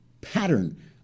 pattern